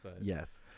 Yes